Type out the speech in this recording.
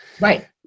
Right